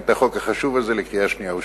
את החוק החשוב הזה לקריאה שנייה ושלישית.